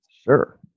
Sure